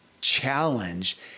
challenge